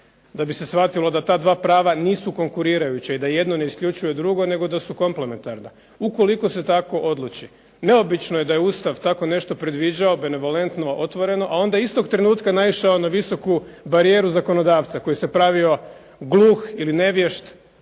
da bi se shvatilo da ta dva prava nisu konkurirajuća i da jedno ne isključuje drugo nego da su komplementarna, ukoliko se tako odluči. Neobično je da je Ustav tako nešto predviđao benevolentno, otvoreno, a onda istog trenutka naišao na veliku barijeru zakonodavca koji se pravio gluh ili nevješt